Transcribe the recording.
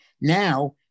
now